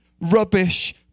rubbish